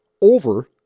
over